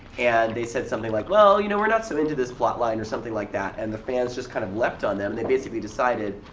and they said something like, well, you now know we're not so into this plot line or something like that, and the fans just kind of leapt on them. they basically decided,